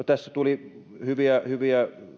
tässä tuli hyviä hyviä